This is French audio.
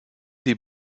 des